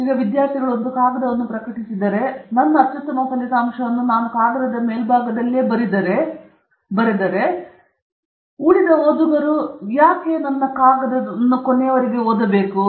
ಈಗ ವಿದ್ಯಾರ್ಥಿಗಳು ಒಂದು ಕಾಗದವನ್ನು ಪ್ರಕಟಿಸಿದರೆ ಮತ್ತು ನಾನು ನನ್ನ ಅತ್ಯುತ್ತಮ ಫಲಿತಾಂಶವನ್ನು ನೀಡಿದ್ದ ಕಾಗದದ ಮೇಲ್ಭಾಗದಲ್ಲಿ ಬರೆದರೆ ನಿಮ್ಮ ಕಾಗದದ ಉಳಿದ ಭಾಗವನ್ನು ಯಾರಾದರೂ ಯಾಕೆ ಓದಬೇಕು ಎಂದು ನಿಮಗೆ ಗೊತ್ತಾ